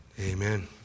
Amen